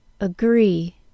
agree